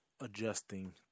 adjusting